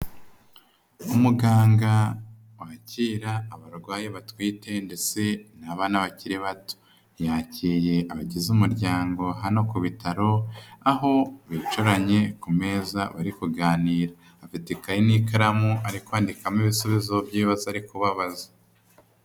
Umuganga wakira abarwayi batwite ndetse n'abakiri bato. Yakiriye abagize umuryango hano ku bitaro, aho bicaranye ku meza bari kuganira. Afite ikayi n'ikaramu ari kwandikamo ibisubizo by'ibibazo ari kubabaza.